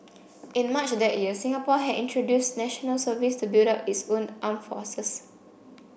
in March that year Singapore had introduced National Service to build up its own armed forces